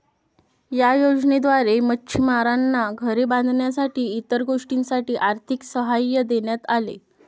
या योजनेद्वारे मच्छिमारांना घरे बांधण्यासाठी इतर गोष्टींसाठी आर्थिक सहाय्य देण्यात आले